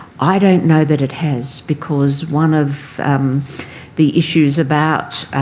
i don't know that it has, because one of the issues about